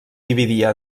dividia